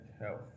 health